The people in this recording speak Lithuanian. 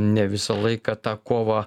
ne visą laiką tą kovą